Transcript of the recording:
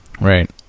Right